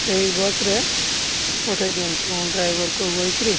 ସେଇ ବସ୍ ରେ ପଠେଇ ଦିଅନ୍ତୁ ଡ୍ରାଇଭର୍ କୁ କହିକିରି